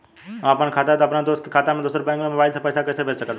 हम आपन खाता से अपना दोस्त के खाता मे दोसर बैंक मे मोबाइल से पैसा कैसे भेज सकत बानी?